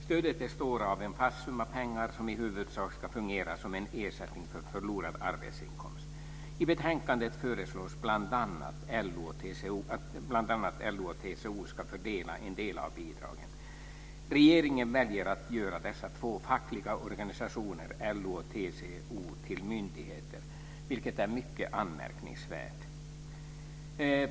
Stödet består av en fast summa pengar som i huvudsak ska fungera som ersättning för förlorad arbetsinkomst. I betänkandet föreslås bl.a. att LO och TCO ska fördela en del av bidragen. Regeringen väljer att göra dessa två fackliga organisationer, LO och TCO, till myndigheter, vilket är mycket anmärkningsvärt.